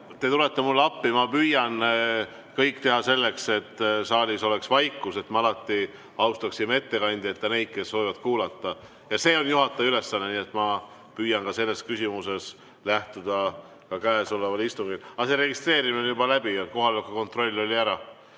Te tulete mulle appi, ma püüan kõik teha selleks, et saalis oleks vaikus, et me alati austaksime ettekandjat ja neid, kes soovivad kuulata. Ja see on juhataja ülesanne, nii et ma püüan ka sellest küsimusest lähtuda käesoleval istungil. Aga see registreerimine on juba läbi, kohaloleku kontroll oli ära,